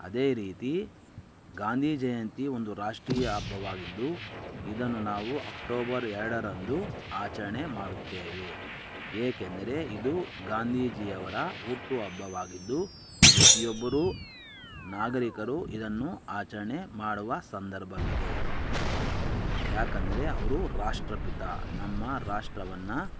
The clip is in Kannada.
ಅದೇ ರೀತಿ ಗಾಂಧಿಜಯಂತಿ ಒಂದು ರಾಷ್ಟ್ರೀಯ ಹಬ್ಬವಾಗಿದ್ದು ಇದನ್ನು ನಾವು ಅಕ್ಟೋಬರ್ ಎರಡರಂದು ಆಚರಣೆ ಮಾಡುತ್ತೇವೆ ಏಕೆಂದರೆ ಇದು ಗಾಂಧೀಜಿಯವರ ಹುಟ್ಟುಹಬ್ಬವಾಗಿದ್ದು ಪ್ರತಿಯೊಬ್ಬರೂ ನಾಗರೀಕರು ಇದನ್ನು ಆಚರಣೆ ಮಾಡುವ ಸಂದರ್ಭವಿದೆ ಯಾಕೆಂದ್ರೆ ಅವರು ರಾಷ್ಟ್ರಪಿತ ನಮ್ಮ ರಾಷ್ಟ್ರವನ್ನು